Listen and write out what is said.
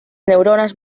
neuronas